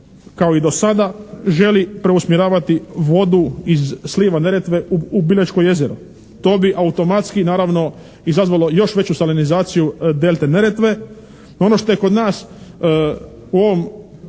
kao i do sada želi preusmjeravati vodu sliva Neretve u …/Govornik se ne razumije./… jezero. To bi automatski naravno izazvalo još veću salenizaciju delte Neretve. Ono što je kod nas u ovom